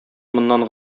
моннан